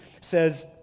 says